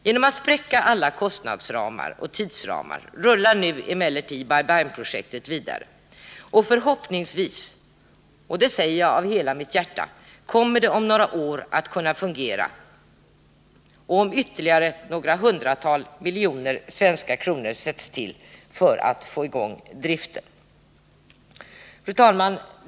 Genom att spräcka alla kostnadsramar och tidsramar rullar nu emellertid projektet Bai Bang vidare. Förhoppningsvis — det säger jag av hela mitt hjärta — kommer det om några år att kunna fungera, om några ytterligare hundratal miljoner svenska kronor anvisas för att få i gång driften. Fru talman!